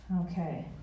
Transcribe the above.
Okay